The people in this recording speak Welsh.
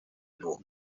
nhw